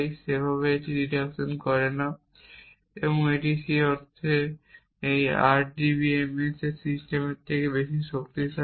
সেভাবে এটি ডিডাকশন করে না এবং সেই অর্থে এটি আরডিবিএমএস সিস্টেমের চেয়ে বেশি শক্তিশালী